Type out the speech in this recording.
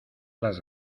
las